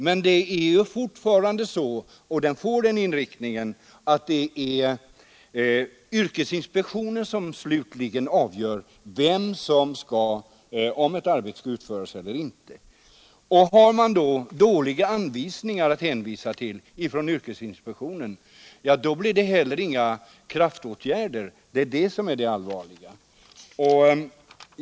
Men det kommer fortfarande att vara så att det slutligen är yrkesinspektionen som avgör om ett arbete skall få utföras eller inte. Om de anvisningar som yrkesinspektionen då har att hänvisa till är svaga, blir det heller inga kraftåtgärder. Det är det som är det allvarliga.